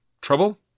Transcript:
trouble